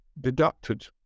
deducted